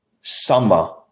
summer